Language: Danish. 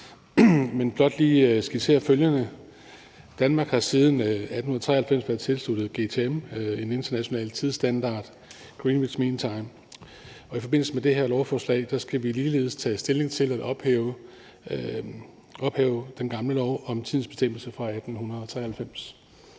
men blot lige skitsere følgende: Danmark har siden 1893 været tilsluttet GMT, en international tidsstandard, Greenwich Mean Time, og i forbindelse med det her lovforslag skal vi tage stilling til at ophæve den gamle lov om tidens bestemmelse fra 1893.